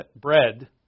bread